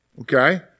okay